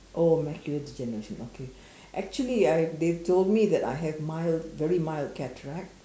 oh masculine degeneration okay actually I they told me that I have mild very mild cataract